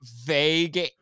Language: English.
vague